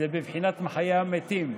זה בבחינת מחיה המתים,